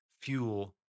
fuel